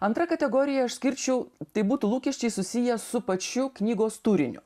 antra kategorija aš skirčiau tai būtų lūkesčiai susiję su pačiu knygos turiniu